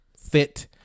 fit